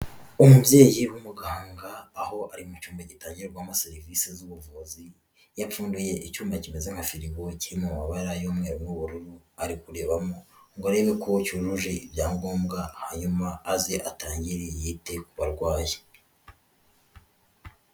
Umubyeyi w'umuganga aho ari mu cyumba gitangirwamo serivisi z'ubuvuzi, yapfuduye icyuma kimeze nka firigo kiri mu mabara y'umweru n'ubururu, ari kurebamo ngo arebe ko cyujuje ibyangombwa hanyuma aze atangire yite barwayi.